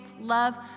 love